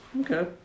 Okay